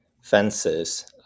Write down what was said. fences